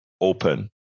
open